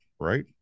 right